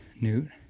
Newt